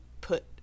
put